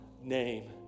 name